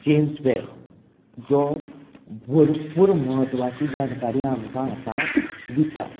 James Webb जो भरपूर म्हत्वाची जानकारी आमकां आतां दिता